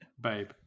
Babe